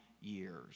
years